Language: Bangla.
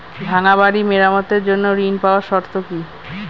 ভাঙ্গা বাড়ি মেরামতের জন্য ঋণ পাওয়ার শর্ত কি?